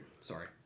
Sorry